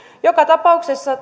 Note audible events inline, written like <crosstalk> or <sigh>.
joka tapauksessa <unintelligible>